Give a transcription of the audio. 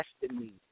destiny